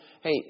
hey